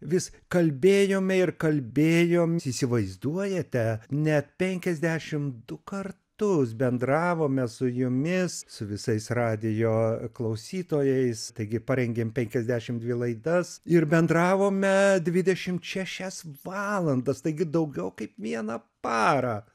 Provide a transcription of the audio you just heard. vis kalbėjome ir kalbėjom įsivaizduojate net penkiasdešim du kartus bendravome su jumis su visais radijo klausytojais taigi parengėm penkiasdešimt dvi laidas ir bendravome dvidešimt šešias valandas taigi daugiau kaip vieną parą